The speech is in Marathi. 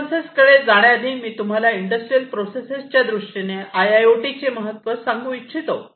रेफरन्सेस कडे जाण्या आधी मी तुम्हाला इंडस्ट्रियल प्रोसेस च्या दृष्टीने आय आय ओ टी महत्त्व सांगू इच्छितो